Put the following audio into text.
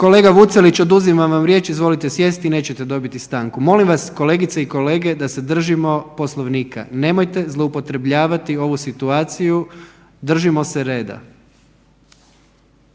Kolega Vucelić, oduzimam vam riječ, izvolite sjesti i nećete dobiti stanku. Molim vas kolegice i kolege da se držimo Poslovnika, nemojte zloupotrebljavati ovu situaciju, držimo se reda.